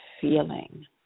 feeling